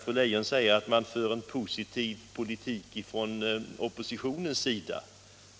Fru Leijon säger att man för en positiv politik ifrån oppositionens sida.